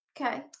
Okay